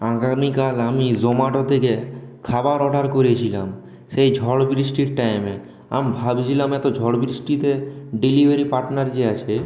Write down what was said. আগামীকাল আমি জোম্যাটো থেকে খাবার অর্ডার করেছিলাম সেই ঝড় বৃষ্টির টাইমে আমি ভাবছিলাম এত ঝড় বৃষ্টিতে ডেলিভারি পার্টনার যে আছে